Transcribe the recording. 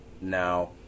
Now